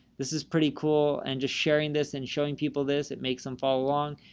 this is pretty cool. and just sharing this and showing people this, it makes them fall along.